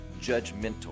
judgmental